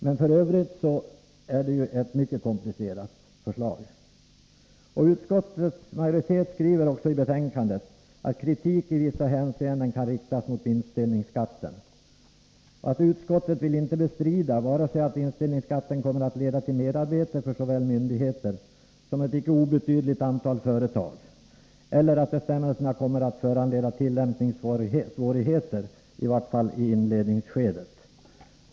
Men f. ö. är det ett mycket komplicerat förslag. Utskottsmajoriteten skriver också i sitt betänkande att kritik i vissa avseenden kan riktas mot vinstdelningsskatten. Utskottet vill inte bestrida vare sig att vinstdelningsskatten kommer att leda till mera arbete för såväl myndigheter som ett inte obetydligt antal företag eller att bestämmelserna kommer att föranleda tillämpningssvårigheter, i vart fall i inledningsskedet.